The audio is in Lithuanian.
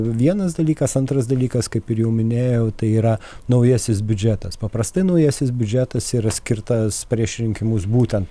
vienas dalykas antras dalykas kaip ir jau minėjau tai yra naujasis biudžetas paprastai naujasis biudžetas yra skirtas prieš rinkimus būtent